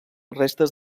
restes